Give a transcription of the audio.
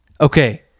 Okay